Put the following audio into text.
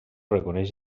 reconeix